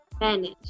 manage